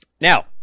Now